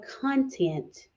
content